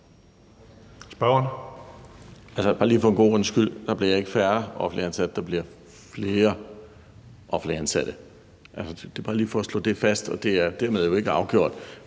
Engelbrecht (S): Lige for en god ordens skyld: Der bliver ikke færre offentligt ansatte. Der bliver flere offentligt ansatte. Det er bare lige for at slå det fast, og det er jo dermed ikke afgjort,